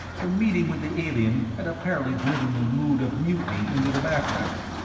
the meeting with the alien had apparently driven the mood of mutiny into the background.